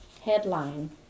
Headline